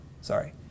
sorry